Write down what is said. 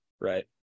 Right